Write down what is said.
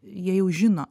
jie jau žino